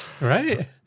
right